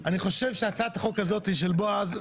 אני חושב שהצעת החוק הזאת של בועז,